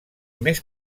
més